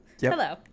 Hello